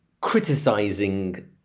criticizing